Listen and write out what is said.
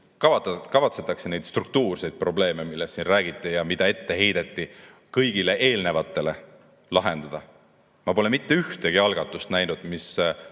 kavatsetakse neid struktuurseid probleeme, millest siin räägiti ja mida ette heideti kõigile eelnenutele, lahendada. Ma pole näinud mitte ühtegi algatust, mis